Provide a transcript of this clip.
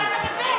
אבל אני בבי"ת.